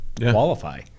qualify